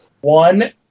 One